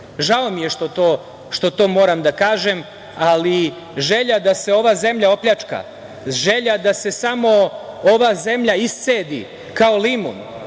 žao mi je što to moram da kažem, ali želja da se ova zemlja opljačka, želja da se samo ova zemlja iscedi kao limun,